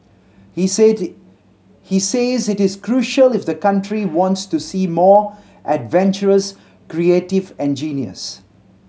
he he says it is crucial if the country wants to see more adventurous creative engineers